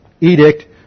edict